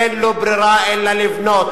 אין לו ברירה אלא לבנות.